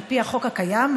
על פי החוק הקיים,